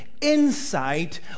insight